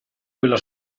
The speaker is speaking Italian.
quella